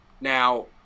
Now